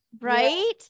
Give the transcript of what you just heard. right